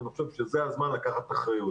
אני חושב שזה הזמן לקחת אחריות.